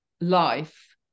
life